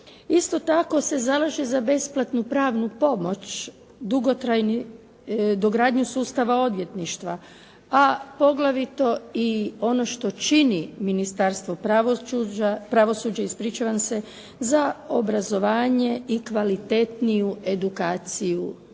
Isto tako se zalaže za besplatnu pravnu pomoć, dugotrajnu dogradnju sustava odvjetništva a poglavito i ono što čini Ministarstvo pravođuđa, pravosuđa, ispričavam se, za obrazovanje i kvalitetniju edukaciju